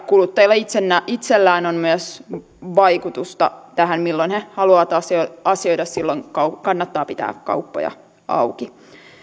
kuluttajilla itsellään itsellään on vaikutusta tähän milloin he haluavat asioida silloin kannattaa pitää kauppoja auki